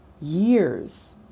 years